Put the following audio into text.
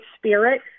spirit